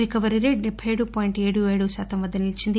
recovery rate డెబ్బె ఏడు point ఏడు ఏడు శాతం వద్ద నిలీచింది